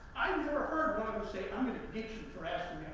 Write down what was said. i never heard one say i'm going to get you for